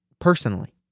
personally